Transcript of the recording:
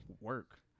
work